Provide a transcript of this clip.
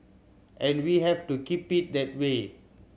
and we have to keep it that way